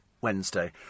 Wednesday